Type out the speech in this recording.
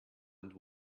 and